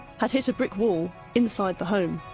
had hit a brick wall inside the home.